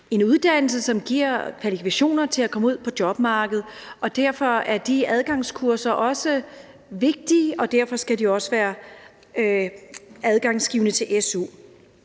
en uddannelse, som giver kvalifikationer til at komme ud på jobmarkedet, og derfor er de adgangskurser også vigtige, og derfor skal de også være adgangsgivende til su.